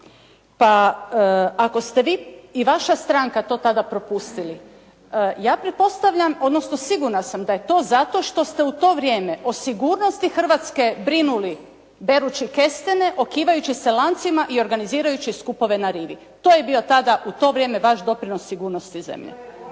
pa ako ste vi i vaša stranka to tada propustili, ja pretpostavljam, odnosno sigurna sam da je to zato što ste u to vrijeme o sigurnosti hrvatske brinuli berući kestene, okivajući sa lancima i organizirajući skupove na rivi. To je bio tada u to vrijeme vaš doprinos sigurnosti zemlje.